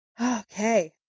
Okay